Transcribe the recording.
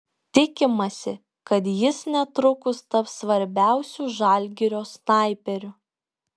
tikimasi kad jis netrukus taps svarbiausiu žalgirio snaiperiu